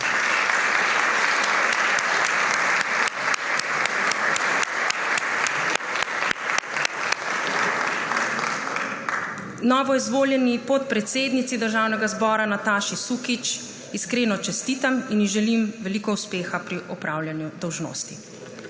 Novoizvoljeni podpredsednici Državnega zbora Nataši Sukič iskreno čestitam in ji želim veliko uspeha pri opravljanju dolžnosti.